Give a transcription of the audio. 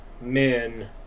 men